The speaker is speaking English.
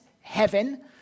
heaven